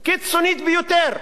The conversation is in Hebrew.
קיצונית ביותר.